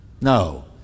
No